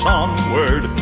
onward